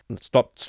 stop